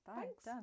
Thanks